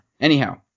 anyhow